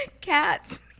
cats